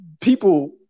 people